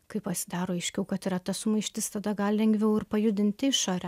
kai pasidaro aiškiau kad yra ta sumaištis tada gal lengviau ir pajudinti išorę